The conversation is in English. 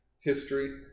history